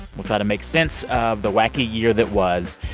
we'll try to make sense of the wacky year that was.